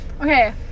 Okay